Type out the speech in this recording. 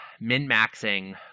Min-maxing